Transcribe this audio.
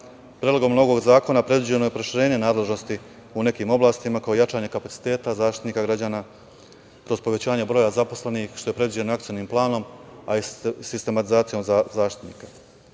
novog zakona predviđeno je proširenje nadležnosti u nekim oblastima kao jačanje kapaciteta za Zaštitnika građana kroz povećanje broja zaposlenih, što je predviđeno Akcionim planom, a i sistematizacijom Zaštitnika. Novim